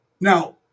Now